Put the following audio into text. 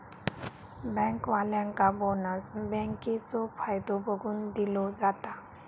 बँकेवाल्यांका बोनस बँकेचो फायदो बघून दिलो जाता